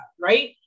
right